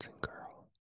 girl